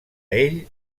ell